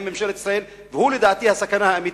והוא לדעתי הסכנה האמיתית.